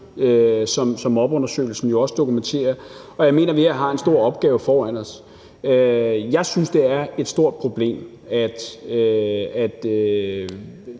mobbeundersøgelsen også dokumenterer. Og jeg mener, vi her har en stor opgave foran os. Jeg synes, det er et stort problem, at